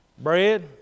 bread